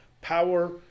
power